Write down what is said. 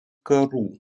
karų